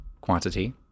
quantity